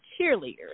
cheerleaders